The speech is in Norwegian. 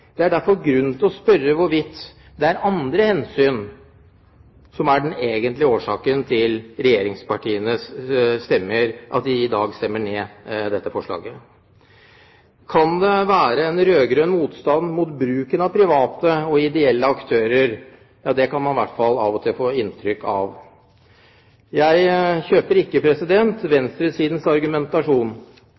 Det er derfor grunn til å spørre hvorvidt det er andre hensyn som er den egentlige årsaken til at regjeringspartiene i dag stemmer ned dette forslaget. Kan det være en rød-grønn motstand mot bruken av private og ideelle aktører? Ja, det kan man i hvert fall av og til få inntrykk av. Jeg kjøper ikke venstresidens argumentasjon.